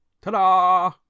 Ta-da